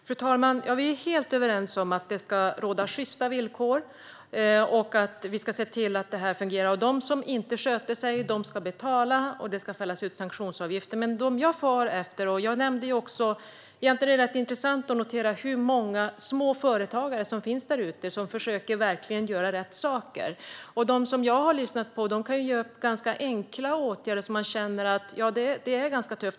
Fru talman! Leif Pettersson och jag är helt överens om att det ska råda sjysta villkor och att vi ska se till att det här fungerar. De som inte sköter sig ska betala. Det ska ställas ut sanktionsavgifter. Det är dock intressant att notera hur många småföretagare där ute som verkligen försöker göra rätt. De som jag har lyssnat på kan göra ganska enkla åtgärder. Man känner att det är ganska tufft.